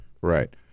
Right